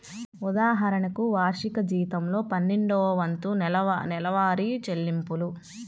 ఉదాహరణకు, వార్షిక జీతంలో పన్నెండవ వంతు నెలవారీ చెల్లింపులు